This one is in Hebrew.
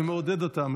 מעודד אותם,